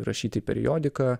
rašyti periodiką